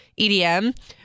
EDM